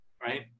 right